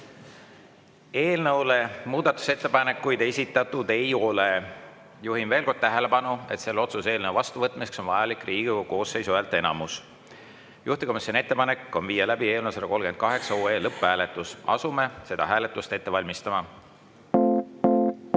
Eelnõule muudatusettepanekuid esitatud ei ole. Juhin veel kord tähelepanu, et selle otsuse-eelnõu vastuvõtmiseks on vajalik Riigikogu koosseisu häälteenamus. Juhtivkomisjoni ettepanek on viia läbi eelnõu 138 lõpphääletus. Asume seda hääletust ette valmistama.